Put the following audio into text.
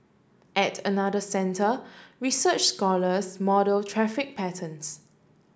at another centre research scholars model traffic patterns